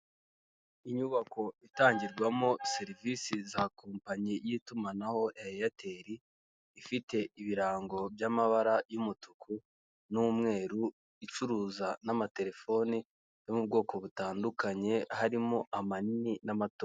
Inyubako itangirwamo serivisi za kompanyi y'itumanaho ya eyateri ifite ibirango by'amabara y'umutuku n'umweru icuruza n'amatelefoni yo mu bwoko butandukanye harimo amanini n'amato.